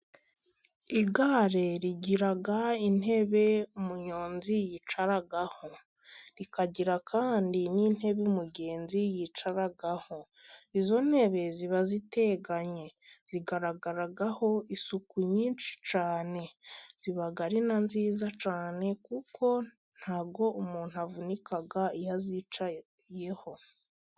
Igare rigira intebe umunyonzi yicaraho rikagira kandi n'intebe umugenzi yicaraho, izo ntebe ziba ziteganye zigaragaraho isuku nyinshi cyane, ziba ari na nziza cyane kuko ntabwo umuntu avunika iyo azicayeho.